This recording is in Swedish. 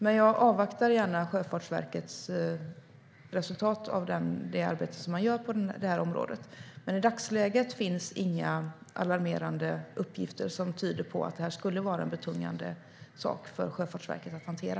Men jag avvaktar gärna resultatet av Sjöfartsverkets arbete. I dagsläget finns inga alarmerande uppgifter om att detta skulle vara en betungande sak för Sjöfartsverket att hantera.